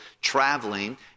traveling